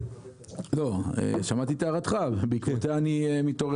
שמעתי את הערתך ובעקבותיה אני מתעורר